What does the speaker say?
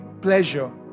pleasure